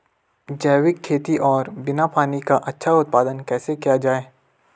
जैविक खेती और बिना पानी का अच्छा उत्पादन कैसे किया जाए?